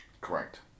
Correct